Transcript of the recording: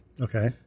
Okay